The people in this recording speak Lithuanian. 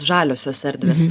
žaliosios erdvės